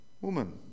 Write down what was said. Woman